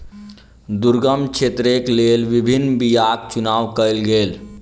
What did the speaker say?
दुर्गम क्षेत्रक लेल विभिन्न बीयाक चुनाव कयल गेल